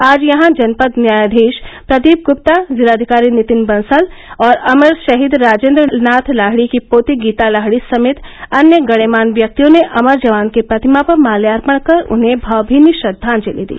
आज यहां जनपद न्यायाधीश प्रदीप ग्रुप्ता जिलाधिकारी नितिन बंसल और अमर ाहीद राजेंद्र नाथ लाहिड़ी की पोती गीता लाहिड़ी समेत अन्य गणमान्य व्यक्तियों ने अमर जवान की प्रतिमा पर माल्यार्पण कर उन्हें भावमीनी श्रदांजलि दी